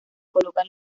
coloca